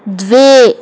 द्वे